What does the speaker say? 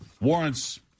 warrants